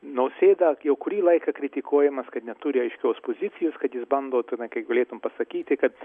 nausėda jau kurį laiką kritikuojamas kad neturi aiškios pozicijos kad jis bando tenai kaip galėtum pasakyti kad